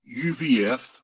UVF